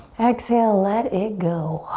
exhale, let it go.